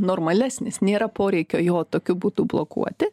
normalesnis nėra poreikio jo tokiu būdu blokuoti